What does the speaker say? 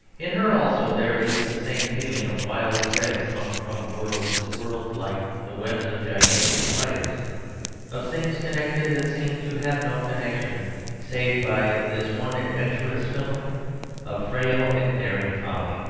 in her also there is the same feeling of wild threads hung from world to world like the webs of gigantic spiders of things connected that seem to have no connection save by this one adventurous filament of frail and daring folly.